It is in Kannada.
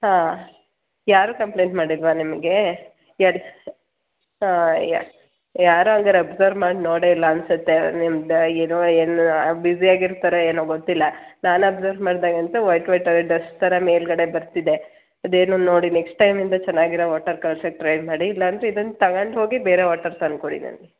ಹಾಂ ಯಾರೂ ಕಂಪ್ಲೇಂಟ್ ಮಾಡಿಲ್ವಾ ನಿಮಗೆ ಯಾರೂ ಹಾಂ ಯಾರು ಹಾಗಾದ್ರ್ ಅಬ್ಸರ್ವ್ ಮಾಡಿ ನೋಡೇ ಇಲ್ಲ ಅನ್ಸುತ್ತೆ ನಿಮ್ದು ಏನೋ ಏನು ಬ್ಯುಸಿಯಾಗಿರ್ತಾರೋ ಏನೋ ಗೊತ್ತಿಲ್ಲ ನಾನು ಅಬ್ಸರ್ವ್ ಮಾಡ್ದಾಗಂತೂ ವೈಟ್ ವೈಟ್ ಅದು ಡಸ್ಟ್ ಥರ ಮೇಲುಗಡೆ ಬರ್ತಿದೆ ಇದೇನು ನೋಡಿ ನೆಕ್ಸ್ಟ್ ಟೈಮಿಂದ ಚೆನ್ನಾಗಿರೋ ವಾಟರ್ ಕಳ್ಸೋಕ್ ಟ್ರೈ ಮಾಡಿ ಇಲ್ಲಾಂದರೆ ಇದನ್ನು ತಗೊಂಡ್ ಹೋಗಿ ಬೇರೆ ವಾಟರ್ ತಂದು ಕೊಡಿ ನನಗೆ